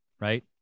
right